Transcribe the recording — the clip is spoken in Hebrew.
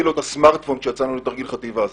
לו את הסמרטפון כשיצאנו לתרגיל חטיבה.